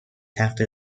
تخت